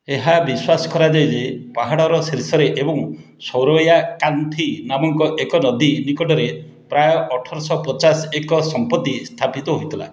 ଏହା ବିଶ୍ୱାସ କରାଯାଏ ଯେ ପାହାଡ଼ର ଶୀର୍ଷରେ ଏବଂ ସୌରୟାକାନ୍ଥୀ ନାମକ ଏକ ନଦୀ ନିକଟରେ ପ୍ରାୟ ଅଠରଶହ ପଚାଶ ଏକ ସମ୍ପତ୍ତି ସ୍ଥାପିତ ହୋଇଥିଲା